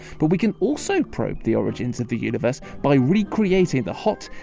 but we can also probe the origins of the universe by recreating the hot,